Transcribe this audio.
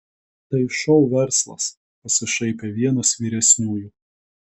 tai šou verslas pasišaipė vienas vyresniųjų